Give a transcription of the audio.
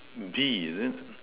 D is it